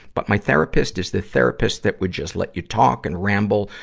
but my therapist is the therapist that would just let you talk and ramble,